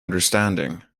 understanding